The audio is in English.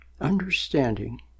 understanding